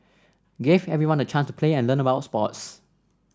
gave everyone the chance to play and learn about sports